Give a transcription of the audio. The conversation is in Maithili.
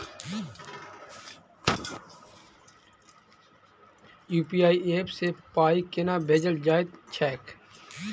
यु.पी.आई ऐप सँ पाई केना भेजल जाइत छैक?